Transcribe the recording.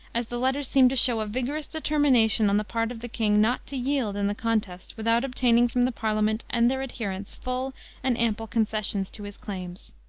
as the letters seemed to show a vigorous determination on the part of the king not to yield in the contest without obtaining from the parliament and their adherents full and ample concessions to his claims.